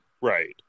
Right